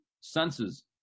senses